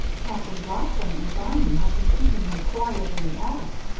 captain blossom and barney have been keeping them quiet in the attic,